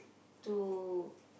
to